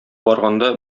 барганда